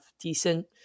decent